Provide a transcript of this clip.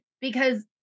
because-